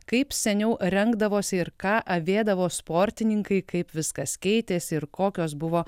kaip seniau rengdavosi ir ką avėdavo sportininkai kaip viskas keitėsi ir kokios buvo